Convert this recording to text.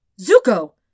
Zuko